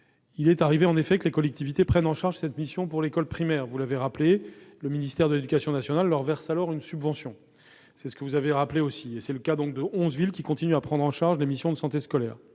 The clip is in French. Il est arrivé, en effet, que les collectivités prennent en charge cette mission pour l'école primaire, vous l'avez rappelé. Le ministère de l'éducation nationale leur verse alors une subvention. C'est encore le cas de onze villes, qui continuent à prendre en charge les missions de santé scolaire.